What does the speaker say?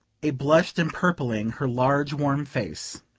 a blush empurpling her large warm face.